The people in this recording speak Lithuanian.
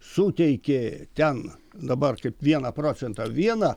suteikė ten dabar kaip vieną procentą vieną